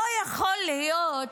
לא יכול להיות,